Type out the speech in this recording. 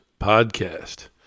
podcast